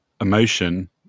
emotion